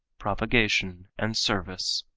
propagation, and service.